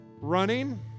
Running